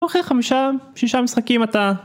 אחרי חמישה שישה משחקים אתה